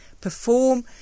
perform